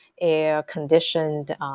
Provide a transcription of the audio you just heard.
air-conditioned